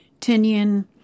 Tinian